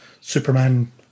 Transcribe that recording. Superman